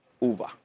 over